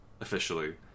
officially